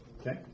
okay